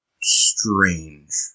strange